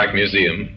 museum